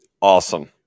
awesome